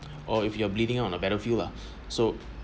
or if you're bleeding on a battlefield lah so